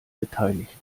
beteiligt